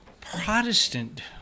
Protestant